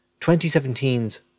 2017's